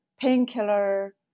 painkiller